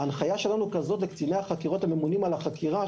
ההנחיה שלנו היא כזאת לקציני החקירות הממונים על החקירה,